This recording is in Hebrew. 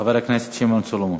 חבר הכנסת שמעון סולומון.